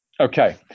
Okay